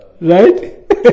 Right